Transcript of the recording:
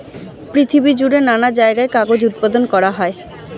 পৃথিবী জুড়ে নানা জায়গায় কাগজ উৎপাদন করা হয়